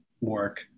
work